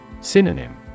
Synonym